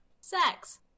Sex